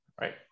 right